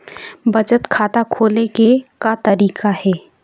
बचत खाता खोले के का तरीका हे?